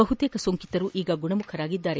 ಬಹುತೇಕ ಸೋಂಕಿತರು ಈಗ ಗುಣಮುಖರಾಗಿದ್ದಾರೆ